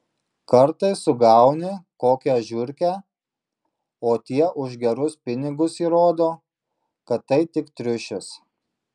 kartais sugauni kokią žiurkę o tie už gerus pinigus įrodo kad tai tik triušis